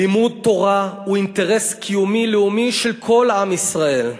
לימוד תורה הוא אינטרס קיומי לאומי של כל עם ישראל.